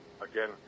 again